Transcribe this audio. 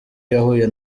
yahuye